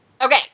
Okay